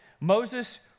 Moses